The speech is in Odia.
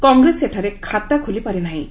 କଂଗ୍ରେସ ଏଠାରେ ଖାତା ଖୋଲି ପାରିନାହିଁ